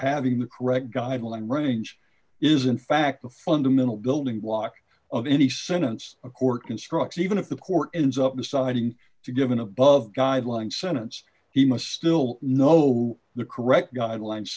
having the correct guideline range is in fact a fundamental building block of any sentence a court constructs even if the court ends up deciding to give an above guideline sentence he must still know the correct guideline